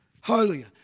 Hallelujah